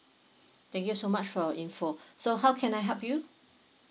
thank you so much for your info so how can I help you